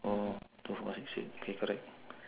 two four six eight K correct